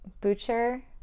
butcher